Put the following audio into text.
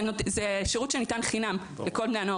זה שירות שניתן בחינם לכל בני הנוער